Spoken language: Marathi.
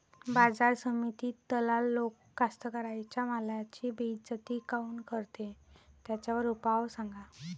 बाजार समितीत दलाल लोक कास्ताकाराच्या मालाची बेइज्जती काऊन करते? त्याच्यावर उपाव सांगा